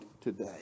today